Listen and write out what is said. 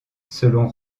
selon